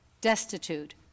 destitute